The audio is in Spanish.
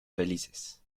felices